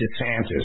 DeSantis